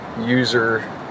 User